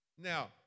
Now